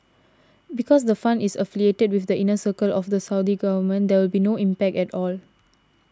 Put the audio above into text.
because the fund is affiliated with the inner circle of the Saudi government there will be no impact at all